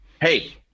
Hey